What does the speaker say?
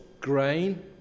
grain